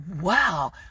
wow